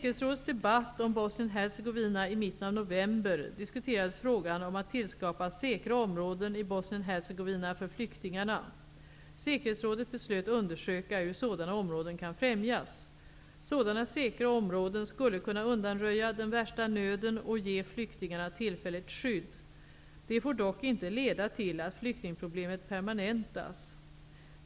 Hercegovina i mitten av november diskuterades frågan om att tillskapa säkra områden i Bosnien Hercegovina för flyktingarna. Säkerhetsrådet beslöt undersöka hur sådana områden kan främjas. Sådana säkra områden skulle kunna undanröja den värsta nöden och ge flyktingarna tillfälligt skydd. De får dock inte leda till att flyktingproblemet permanentas.